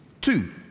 Two